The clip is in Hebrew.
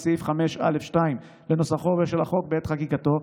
סעיף 5(א)(2) לנוסחו של החוק בעת חקיקתו,